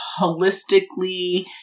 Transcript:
holistically